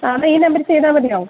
ആ എന്നാല് ഈ നമ്പറില് ചെയ്താല് മതിയോ